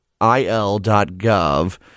IL.gov